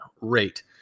rate